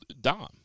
Dom